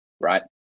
right